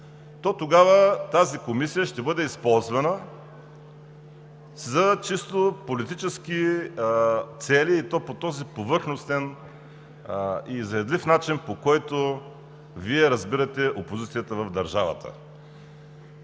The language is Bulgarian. то тогава тази комисия ще бъде използвана за чисто политически цели, и то по този повърхностен и заядлив начин, по който Вие разбирате опозицията в държавата